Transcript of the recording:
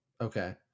okay